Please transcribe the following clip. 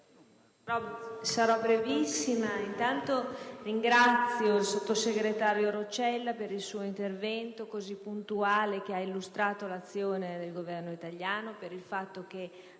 sarò brevissima. Ringrazio anzitutto il sottosegretario Roccella per il suo intervento, così puntuale, che ha illustrato l'azione del Governo italiano ed anche